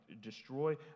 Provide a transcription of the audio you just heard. destroy